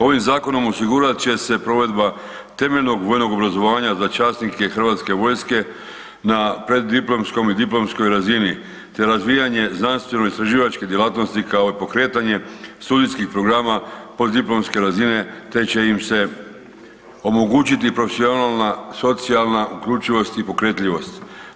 Ovim zakonom osigurat će se provedba temeljnog vojnog obrazovanja za časnike hrvatske vojske na preddiplomskoj i diplomskoj razini te razvijanje znanstveno istraživačke djelatnosti kao i pokretanje studijskih programa postdiplomske razine te će im se omogućiti profesionalna socijalna uključivost i pokretljivost.